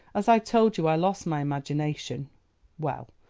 as i told you i lost my imagination well,